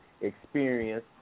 experience